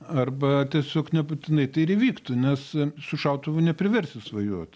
arba tiesiog nebūtinai tai ir įvyktų nes su šautuvu nepriversi svajot